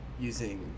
using